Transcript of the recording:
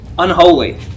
unholy